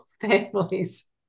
families